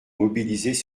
mobilisés